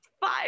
five